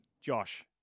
Josh